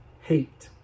hate